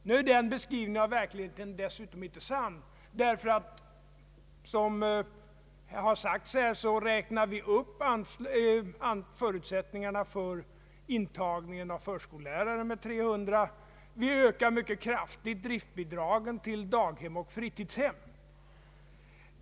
Nu är den beskrivning av verkligheten som herr Larsson gjorde dessutom inte sann, ty vi skapar — som här har sagts — förutsättningar för en intagning av ytterligare 300 elever när det gäller förskollärarutbildningen, och vi ökar mycket kraftigt driftbidragen till daghem och fritidshem.